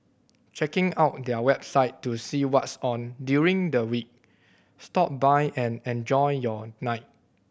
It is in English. checking out their website to see what's on during the week stop by and enjoy your night